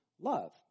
love